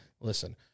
Listen